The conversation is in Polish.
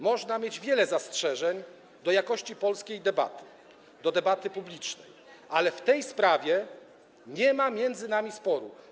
Można mieć wiele zastrzeżeń do jakości polskiej debaty, do debaty publicznej, ale w tej sprawie nie ma między nami sporu.